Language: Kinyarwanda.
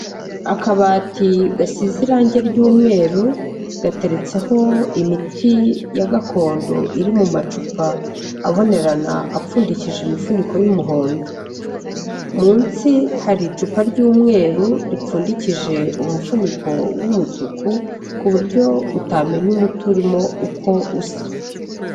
Akabati gasize irange ry'umweru gateretseho imiti ya gakondo iri mu macupa abonerana apfundikishije imifuniko y'umuhondo. Munsi hari icupa ry'umweru ripfundikije umufuniko w'umutuku ku buryo utamenya umuti urimo uko usa.